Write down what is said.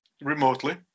remotely